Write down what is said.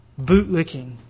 bootlicking